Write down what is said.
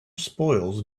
spoils